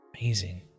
amazing